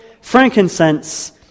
frankincense